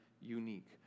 unique